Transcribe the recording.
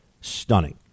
stunning